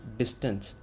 distance